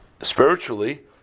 spiritually